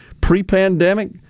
pre-pandemic